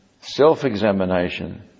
self-examination